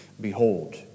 Behold